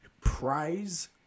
prize